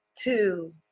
two